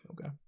Okay